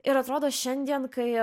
ir atrodo šiandien kai